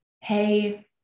Hey